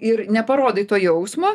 ir neparodai to jausmo